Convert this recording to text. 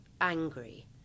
angry